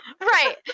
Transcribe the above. Right